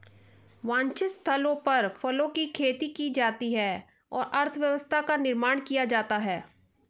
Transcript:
वांछित स्थलों पर फलों की खेती की जाती है और अर्थव्यवस्था का निर्माण किया जाता है